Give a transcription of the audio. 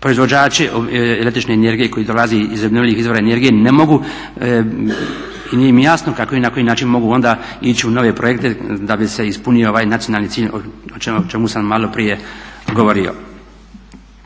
proizvođači el.energije koji dolazi iz obnovljivih izvora energije ne mogu i nije im jasno kako i na koji način mogu onda ići u nove projekte da bi se ispunio ovaj nacionalni cilj o čemu sam malo prije govorio.